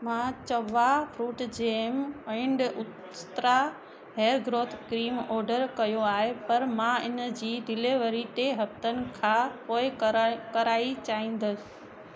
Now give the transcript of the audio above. मां चवा fruit jam and Ustraa hair growth cream order कयो आहे पर मां हिनजी डिलेवरी टे हफ़्तनि खां पोइ कराए कराइण चाईंदसि